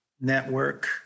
network